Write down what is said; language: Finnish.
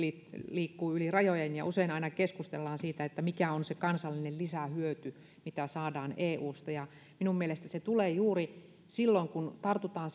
liikkuu yli rajojen usein aina keskustellaan siitä mikä on se kansallinen lisähyöty mitä saadaan eusta ja minun mielestäni se tulee juuri silloin kun tartutaan